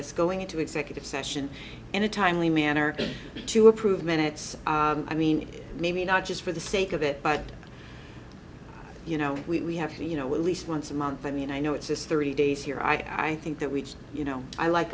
us going into executive session in a timely manner to approve minutes i mean maybe not just for the sake of it but you know we have to you know what least once a month i mean i know it's just three days here i i think that we you know i like